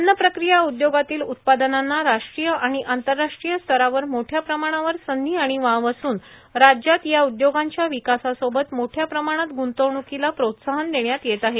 अन्नप्रक्रिया उदयोगातील उत्पादनांना राष्ट्रीय आणि आंतरराष्ट्रीय स्तरावर मोठ्या प्रमाणावर संधी आणि वाव असून राज्यात या उदयोगांच्या विकासासोबत मोठ्या प्रमाणात गूंतवणूकीला प्रोत्साहन देण्यात येत आहे